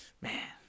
man